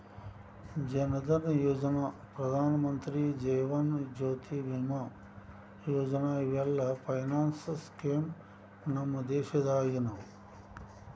ಜನ್ ಧನಯೋಜನಾ, ಪ್ರಧಾನಮಂತ್ರಿ ಜೇವನ ಜ್ಯೋತಿ ಬಿಮಾ ಯೋಜನಾ ಇವೆಲ್ಲ finance scheme ನಮ್ ದೇಶದಾಗಿನವು